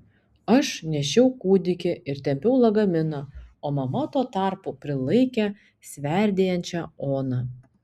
aš nešiau kūdikį ir tempiau lagaminą o mama tuo tarpu prilaikė sverdėjančią oną